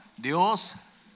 Dios